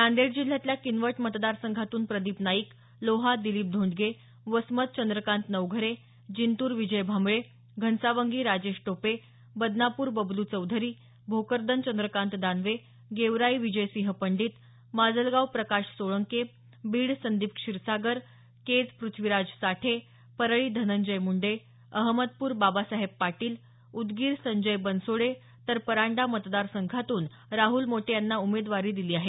नांदेड जिल्ह्यातल्या किनवट मतदारसंघातून प्रदीप नाईक लोहा दिलीप धोंडगे वसमत चंद्रकांत नवघरे जिंतूर विजय भांबळे घनसावंगी राजेश टोपे बदनापूर बबलू चौधरी भोकरदन चद्रकांत दानवे गेवराई विजयसिंह पंडित माजलगाव प्रकाश सोळंके बीड संदीप क्षीरसागर केज पृथ्वीराज साठे परळी धनंजय मुंडे अहमदपूर बाबासाहेब पाटील उदगीर संजय बनसोडे तर परांडा मतदारसंघातून राहूल मोटे यांना उमेदवारी दिली आहे